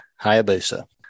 Hayabusa